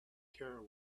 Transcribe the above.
care